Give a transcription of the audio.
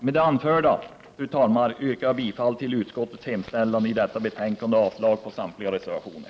Med det anförda yrkar jag bifall till utskottets hemställan i betänkandet och avslag på samtliga reservationer.